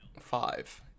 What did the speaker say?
Five